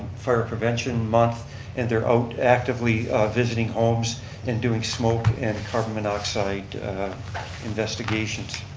fire prevention month and they're out actively visiting homes and doing smoke and carbon monoxide investigations.